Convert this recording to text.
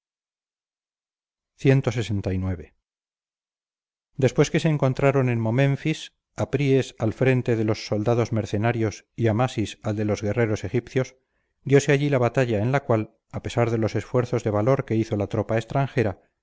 narración clxix después que se encontraron en momenfis apríes al frente de los soldados mercenarios y amasis al de los guerreros egipcios dióse allí la batalla en la cual a pesar de los esfuerzos de valor que hizo la tropa extranjera